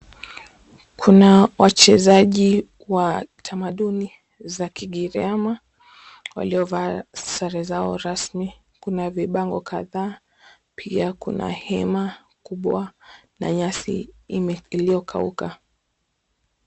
Kuna wachezaji wa tamaduni za kigiriama waliyovaa sare zao rasmi. Kuna vibango kadhaa pia kuna hema kubwa na nyasi iliyokauka.